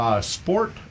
Sport